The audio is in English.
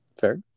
Fair